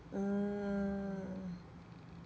mm